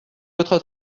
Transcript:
votre